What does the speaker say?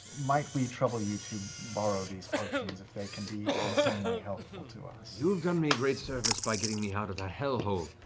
might we trouble you to borrow these potions if they can be in some way helpful to us? matt you've done me great service by getting me out of that hellhole.